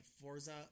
Forza